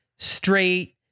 Straight